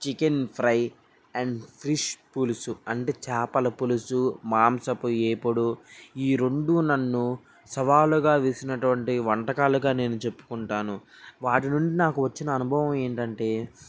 chicken fry and fish పులుసు అంటే చేపల పులుసు మాంసపు వేపుడు ఈ రెండు నన్ను సవాలుగా వేసినటువంటి వంటకాలుగా నేను చెప్పుకుంటాను వాటి నుండి నాకు వచ్చిన అనుభవం ఏంటి అంటే